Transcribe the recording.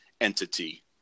entity